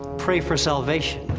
pray for salvation,